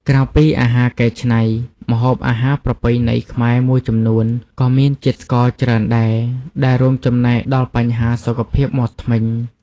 ក្រៅពីអាហារកែច្នៃ ម្ហូបអាហារប្រពៃណីខ្មែរមួយចំនួនក៏មានជាតិស្ករច្រើនដែរ ដែលរួមចំណែកដល់បញ្ហាសុខភាពមាត់ធ្មេញ។